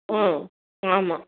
ம் ஆமாம்